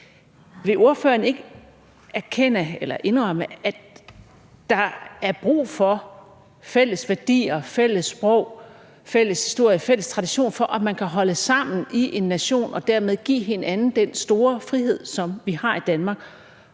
Vil ordføreren ikke erkende eller indrømme, at der er brug for fælles værdier, fælles sprog, fælles historie, fælles tradition, for at man kan holde sammen i en nation og dermed give hinanden den store frihed, som vi har i Danmark?